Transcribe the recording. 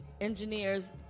engineers